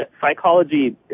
Psychology